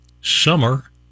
summer